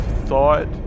thought